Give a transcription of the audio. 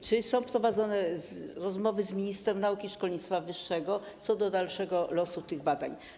Czy są prowadzone rozmowy z ministrem nauki i szkolnictwa wyższego co do dalszego losu tych badań?